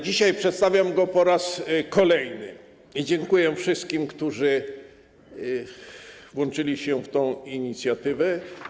Dzisiaj przedstawiam go po raz kolejny i dziękuję wszystkim, którzy włączyli się w tę inicjatywę.